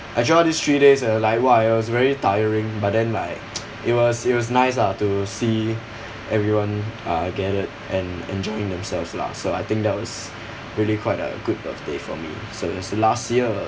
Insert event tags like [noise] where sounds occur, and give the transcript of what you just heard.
uh throughout these three days uh like what it was very tiring but then like [noise] it was it was nice lah to see everyone uh gathered and enjoying themselves lah so I think that was really quite a good birthday for me so that's the last year